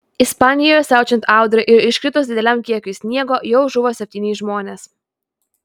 ispanijoje siaučiant audrai ir iškritus dideliam kiekiui sniego jau žuvo septyni žmonės